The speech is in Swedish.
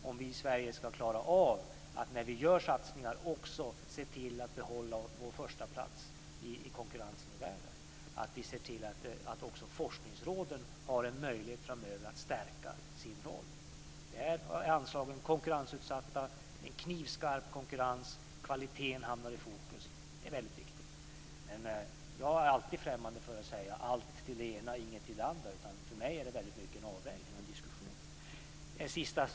Om vi i Sverige ska klara av att behålla vår förstaplats i konkurrensen i världen ser jag det som väldigt viktigt att vi när vi gör satsningar ser till att också forskningsråden har en möjlighet framöver att stärka sin roll. Där är anslagen konkurrensutsatta. Det är en knivskarp konkurrens. Det är då väldigt viktigt att kvaliteten hamnar i fokus. Jag är främmande för att säga: Allt till det ena och inget till det andra. För mig är det väldigt mycket en avvägning och en diskussion.